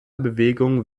bewegung